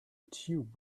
tube